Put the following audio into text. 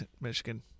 Michigan